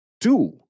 two